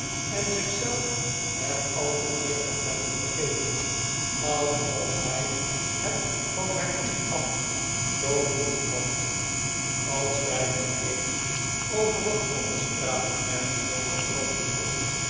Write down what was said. en zich zelf er al de eer van hebben gegeven alsof hij het van haar wieg af zoo bedoeld had als wij nu eens over wat anders praatten merkte jonas droogjes op